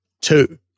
two